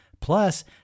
Plus